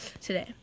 today